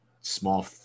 small